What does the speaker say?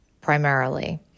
primarily